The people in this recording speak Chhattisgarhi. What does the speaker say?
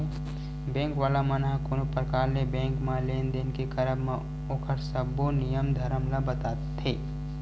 बेंक वाला मन ह कोनो परकार ले बेंक म लेन देन के करब म ओखर सब्बो नियम धरम ल बताथे